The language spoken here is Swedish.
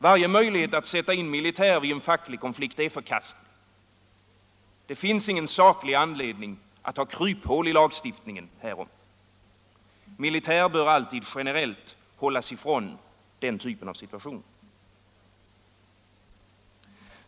Varje möjlighet att sätta in militär vid en facklig konflikt är förkastlig. Det finns ingen saklig anledning att ha kryphål i lagstiftningen härom. Militär bör alltid generellt hållas ifrån den typen av situationer.